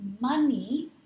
money